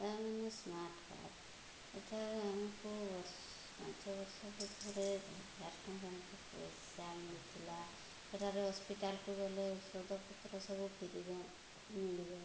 ତାମାନେ smart card ସେଠାରେ ଆମକୁ ବର୍ଷ ପାଞ୍ଚବର୍ଷକୁ ଥରେ ହଜାର ଟଙ୍କା ନେଖା ପଇସା ମିଳିଥିଲା ସେଟାରେ ହସ୍ପିଟାଲ୍କୁ ଗଲେ ଔଷଦପତ୍ର ସବୁ ଫ୍ରିରେ ମିଳିବ